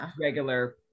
regular